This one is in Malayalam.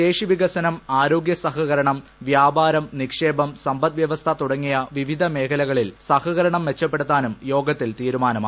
ശേഷി വികസ്ത്രി ആരോഗ്യ സഹകരണം വ്യാപാരം നിക്ഷേപം സ്പ്രിദ്വ്യ്പസ്ഥ തുടങ്ങി വിവിധ മേഖലകളിൽ സഹകരണം മെച്ച്പ്പെടുത്താനും യോഗത്തിൽ തീരുമാനമായി